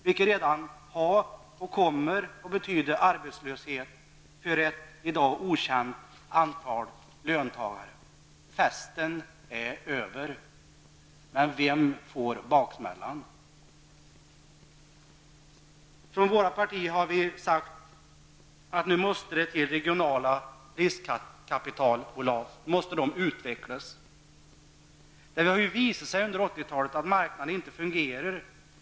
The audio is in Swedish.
Det har redan betytt och kommer att betyda arbetslöshet för ett i dag okänt antal löntagare. Festen är över, men vem drabbas av baksmällan? Vårt parti har sagt att det nu måste skapas regionala riskkapitalbolag. Under 1980-talet har det visat sig att marknaden inte fungerar.